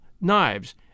knives